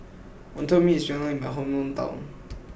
Wonton Mee is well known in my hometown